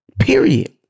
period